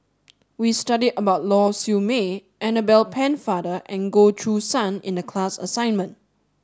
we studied about Lau Siew Mei Annabel Pennefather and Goh Choo San in the class assignment